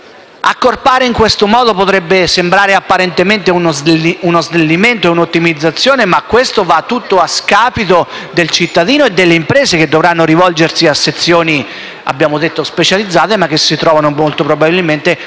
L'accorpamento potrebbe sembrare apparentemente uno snellimento e una ottimizzazione, ma tutto questo va scapito del cittadino e delle imprese che dovranno rivolgersi a sezioni specializzate che molto probabilmente